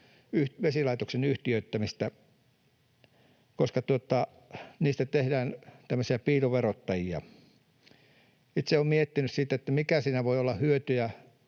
vesilaitoksen yhtiöittämistä, koska niistä tehdään tämmöisiä piiloverottajia. Itse olen miettinyt sitä, mikä siinä voi olla hyötysuhde,